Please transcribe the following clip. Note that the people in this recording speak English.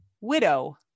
Widow